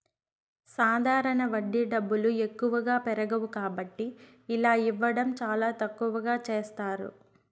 సాధారణ వడ్డీ డబ్బులు ఎక్కువగా పెరగవు కాబట్టి ఇలా ఇవ్వడం చాలా తక్కువగా చేస్తారు